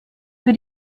für